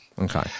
Okay